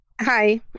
Hi